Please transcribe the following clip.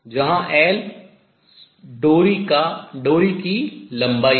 जहां L डोरी string की लंबाई है